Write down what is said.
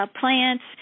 plants